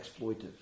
exploitive